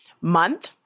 month